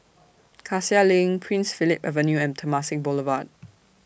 Cassia LINK Prince Philip Avenue and Temasek Boulevard